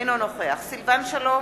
אינו נוכח נחמן שי, אינו נוכח סילבן שלום,